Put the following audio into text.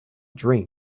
dream